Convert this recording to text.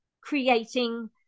creating